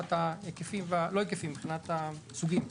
מבחינת הסוגים.